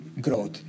growth